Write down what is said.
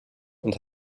und